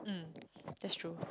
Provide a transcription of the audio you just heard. mm that's true